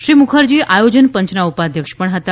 શ્રી મુખર્જી આયોજન પંચના ઉપાધ્યક્ષ પણ હતા